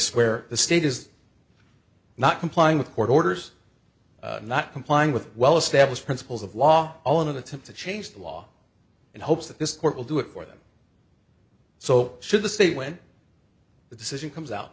where the state is not complying with court orders not complying with well established principles of law all in an attempt to change the law in hopes that this court will do it for them so should the state when the decision comes out